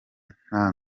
nta